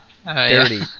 Dirty